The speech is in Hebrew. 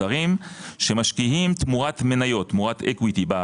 זרים שמשקיעים תמורת מניות בחברה.